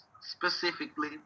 specifically